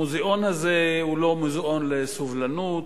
המוזיאון הזה הוא לא מוזיאון לסובלנות,